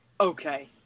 Okay